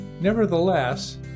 Nevertheless